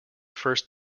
first